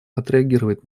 отреагировать